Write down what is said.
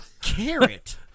carrot